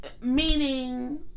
meaning